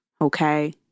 Okay